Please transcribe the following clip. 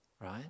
right